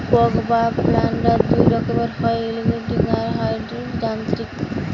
রোপক বা প্ল্যান্টার দুই রকমের হয়, ইলেকট্রিক আর হাইড্রলিক যান্ত্রিক